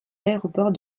aéroport